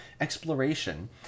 exploration